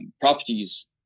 properties